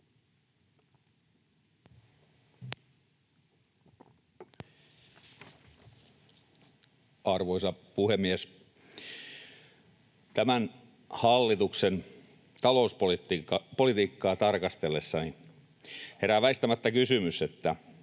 Arvoisa puhemies! Tämän hallituksen talouspolitiikkaa tarkastellessani herää väistämättä kysymys,